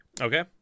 Okay